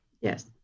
Yes